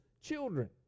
children